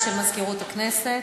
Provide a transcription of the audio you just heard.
בבקשה.